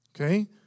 Okay